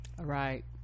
Right